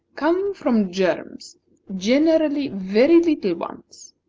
come from germs generally very little ones.